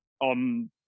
on